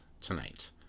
tonight